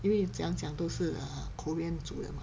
因为怎样讲都是 err korean 煮的 mah